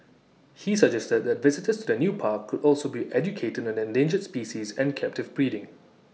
he suggested that visitors to the new park could also be educated on endangered species and captive breeding